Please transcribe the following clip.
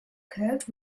curved